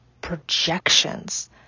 projections